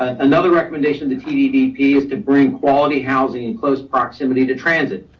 another recommendation to tddp is to bring quality housing in close proximity, to transit,